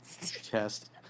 Test